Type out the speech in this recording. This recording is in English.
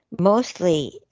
mostly